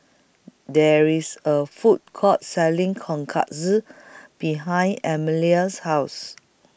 There IS A Food Court Selling Tonkatsu behind Emelia's House